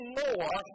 more